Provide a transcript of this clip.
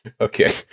Okay